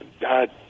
God